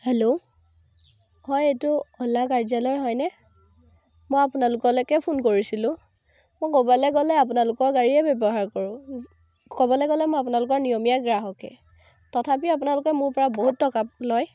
hello হয় এইটো অ'লা কাৰ্যালয় হয়নে মই আপোনালোকলৈকে ফোন কৰিছিলোঁ মই ক'ৰবালৈ গ'লে আপোনালোকৰ গাড়ীয়ে ব্যৱহাৰ কৰোঁ ক'বলৈ গ'লে মই আপোনালোকৰ নিয়মীয়া গ্ৰাহকে তথাপিও আপোনালোকে মোৰ পৰা বহুত টকা লয়